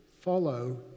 follow